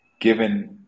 given